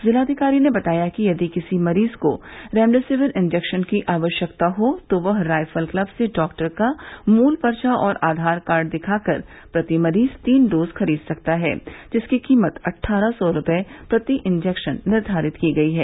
जिलाधिकारी ने बताया कि यदि किसी मरीज को रेमडेसिविर इंजेक्शन की आवश्यकता हो तो वह रायफल क्लब से डाक्टर का मूल पर्चा और आधार कार्ड दिखाकर प्रति मरीज तीन डोज खरीद सकता है जिसकी कीमत अठगरह सौ रूपये प्रति इंजेक्शन निर्वारित की गयी है